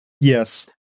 Yes